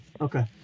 Okay